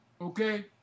Okay